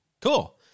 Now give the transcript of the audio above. Cool